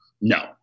No